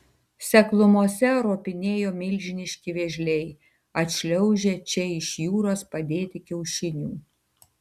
seklumose ropinėjo milžiniški vėžliai atšliaužę čia iš jūros padėti kiaušinių